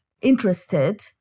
interested